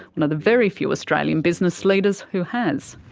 one of the very few australian business leaders who has.